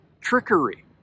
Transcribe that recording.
trickery